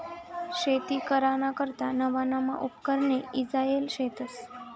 शेती कराना करता नवा नवा उपकरणे ईजायेल शेतस